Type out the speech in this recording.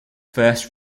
first